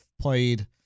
played